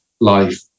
life